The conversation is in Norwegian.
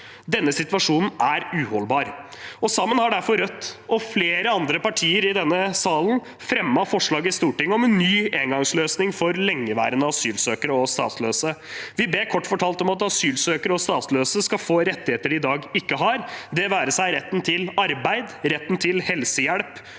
Denne situasjonen er uholdbar. Rødt har derfor sammen med flere andre partier i denne salen fremmet forslag i Stortinget om en ny engangsløsning for lengeværende asylsøkere og statsløse. Vi ber kort fortalt om at asylsøkere og statsløse skal få rettigheter de i dag ikke har, det være seg retten til arbeid, retten til helsehjelp